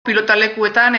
pilotalekuetan